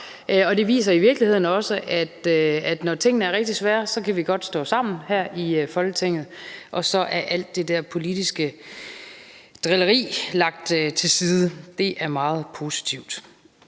Og det viser i virkeligheden også, at når tingene er rigtig svære, kan vi godt stå sammen her i Folketinget, og så er alt det der politiske drilleri lagt til side. Det er meget positivt.